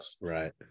Right